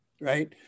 right